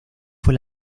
fue